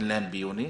אין להם ביוני,